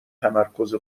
تمرکز